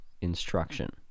instruction